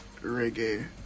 reggae